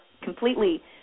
completely